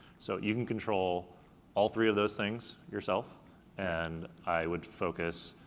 so you can control all three of those things yourself and i would focus,